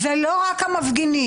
אלה לא רק המפגינים.